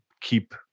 keep